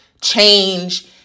change